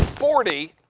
forty.